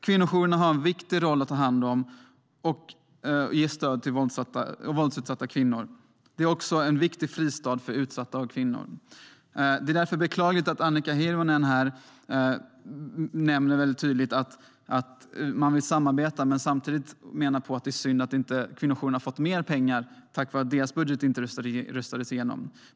Kvinnojourerna har en viktig roll att ta hand om och ge stöd till våldsutsatta kvinnor. De är också en viktig fristad för utsatta kvinnor. Det är därför beklagligt att Annika Hirvonen tydligt säger att man vill samarbeta men samtidigt menar att det är synd att kvinnojourerna inte har fått mer pengar på grund av att regeringens budget inte röstades igenom.